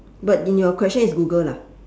but in your question is google lah